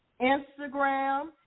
Instagram